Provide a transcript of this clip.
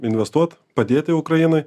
investuot padėti ukrainai